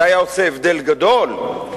זה היה הבדל גדול?